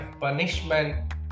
punishment